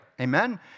Amen